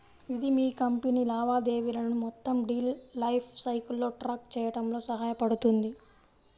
ఇది మీ కంపెనీ లావాదేవీలను మొత్తం డీల్ లైఫ్ సైకిల్లో ట్రాక్ చేయడంలో సహాయపడుతుంది